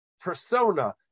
persona